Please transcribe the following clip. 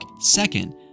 second